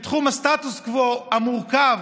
בתחום הסטטוס קוו המורכב,